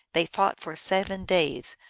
they fought for seven days,